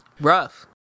rough